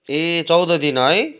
ए चौध दिन है